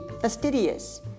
fastidious